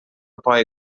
پایه